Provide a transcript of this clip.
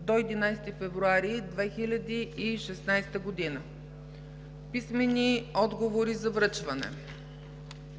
до 11 февруари 2016 г. Писмени отговори за връчване.